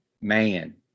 man